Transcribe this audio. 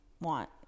want